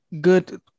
good